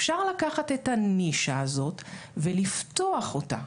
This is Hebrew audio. אפשר לקחת את הנישה הזאת ולפתוח אותה,